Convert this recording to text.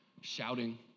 shouting